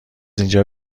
اینجا